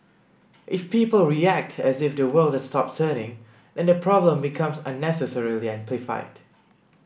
if people react as if the world has stopped turning then the problem becomes unnecessarily amplified